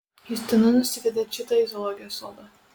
justina nusivedė čitą į zoologijos sodą